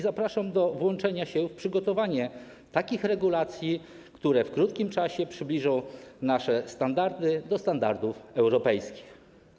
Zapraszam do włączenia się w przygotowanie takich regulacji, które w krótkim czasie przybliżą nasze standardy do standardów europejskich.